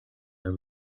and